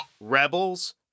Rebels